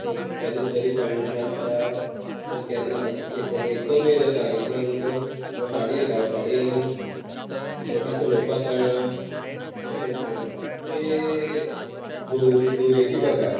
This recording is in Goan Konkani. केन्ना दर्यो थंड आसता तर केन्ना एक एकद एकदम हें जाता कितें सामको वोसाडी येता कितें सामकें वोसाडी येवन बोटी चलोवपाक कळना अशें सामकें दुवरी दुवरी अशीं भरता